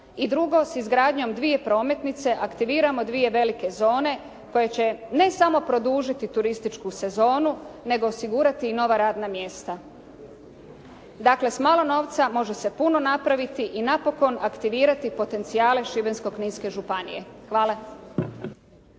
I drugo, s izgradnjom dvije prometnice aktiviramo dvije velike zone koje će ne samo produžiti turističku sezonu nego i osigurati nova radna mjesta. Dakle, s malo novca može se puno napraviti i napokon aktivirati potencijale Šibensko-kninske županije. Hvala.